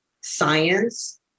science